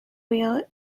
wheel